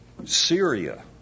Syria